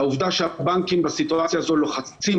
והעובדה שהבנקים בסיטואציה הזו לוחצים,